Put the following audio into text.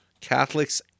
Catholics